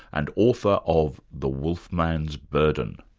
and author of the wolf man's burden.